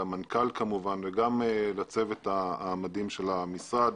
למנכ"ל כמובן וגם לצוות המדהים של המשרד.